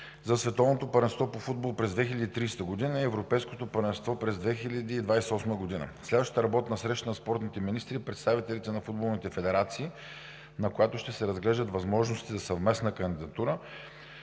за Световното първенство по футбол през 2030 г. и Европейското първенство през 2028 г. Следващата работна среща на спортните министри и представителите на футболните федерации, на която ще се разглеждат възможностите за съвместна кандидатура,